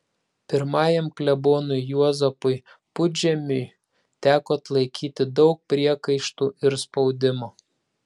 pirmajam klebonui juozapui pudžemiui teko atlaikyti daug priekaištų ir spaudimo